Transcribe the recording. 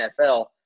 NFL